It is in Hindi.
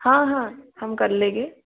हाँ हाँ हम कर लेंगे